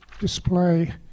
display